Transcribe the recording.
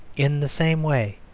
in the same way,